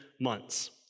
months